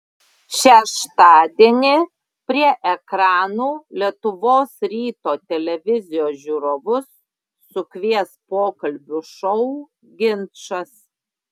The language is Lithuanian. šeštadienį prie ekranų lietuvos ryto televizijos žiūrovus sukvies pokalbių šou ginčas